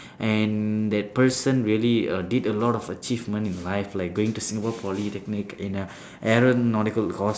and that person really err did a lot of achievement in life like going to singapore polytechnic in err aeronautical course